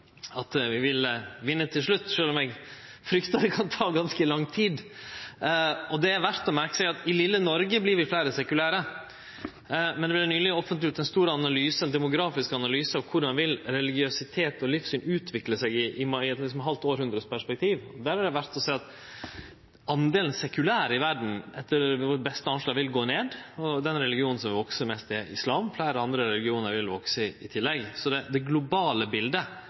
det kan ta ganske lang tid. Det er verdt å merke seg at i vesle Noreg vert vi fleire sekulære, men det vart nyleg offentleggjort ein stor demografisk analyse av korleis religiøsitet og livssyn vil utvikle seg i eit halvt hundreårs perspektiv. Der er det verdt å sjå at delen sekulære i verda etter deira beste anslag vil gå ned, at den religionen som vil vekse mest, er islam, og at fleire andre religionar vil vekse i tillegg. Så det globale biletet er nok eit litt anna enn det